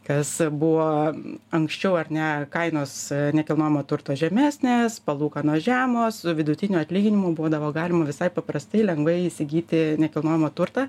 kas buvo anksčiau ar ne kainos nekilnojamo turto žemesnės palūkanos žemos su vidutiniu atlyginimu būdavo galima visai paprastai lengvai įsigyti nekilnojamą turtą